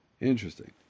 Interesting